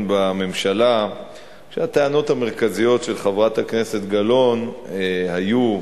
בממשלה כשהטענות המרכזיות של חברת הכנסת גלאון היו,